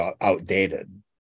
outdated